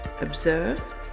observe